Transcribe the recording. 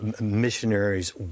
missionaries